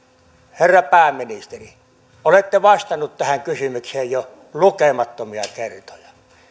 herra pääministeri olette vastannut tähän kysymykseen jo lukemattomia kertoja